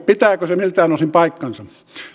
pitääkö se miltään osin paikkansa